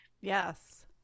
Yes